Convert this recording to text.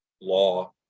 law